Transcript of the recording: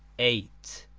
eight.